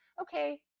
Okay